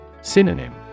Synonym